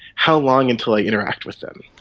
how long until i interact with them.